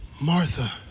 Martha